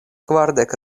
kvardek